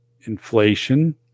inflation